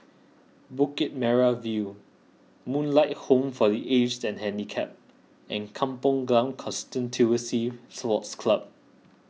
Bukit Merah View Moonlight Home for the Aged and Handicapped and Kampong Glam Constituency Sports Club